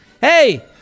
Hey